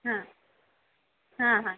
हां हां हां